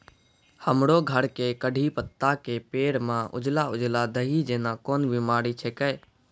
हमरो घर के कढ़ी पत्ता के पेड़ म उजला उजला दही जेना कोन बिमारी छेकै?